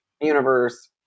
universe